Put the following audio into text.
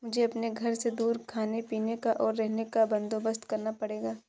मुझे अपने घर से दूर खाने पीने का, और रहने का बंदोबस्त करना पड़ेगा